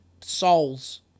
souls